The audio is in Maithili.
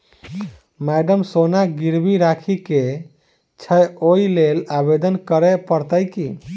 मैडम सोना गिरबी राखि केँ छैय ओई लेल आवेदन करै परतै की?